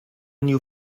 new